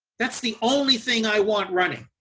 that's the only thing i want running,